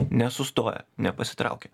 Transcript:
nesustoja nepasitraukia